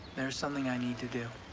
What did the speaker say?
there's something i need to do.